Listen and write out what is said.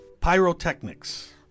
Pyrotechnics